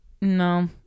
No